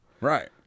Right